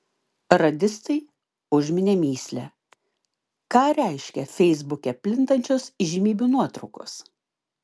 radistai užminė mįslę ką reiškia feisbuke plintančios įžymybių nuotraukos